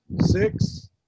Six